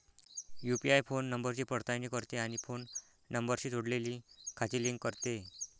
UPI phone नंबरची पडताळणी करते आणि फोन नंबरशी जोडलेली खाती लिंक करते